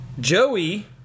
Joey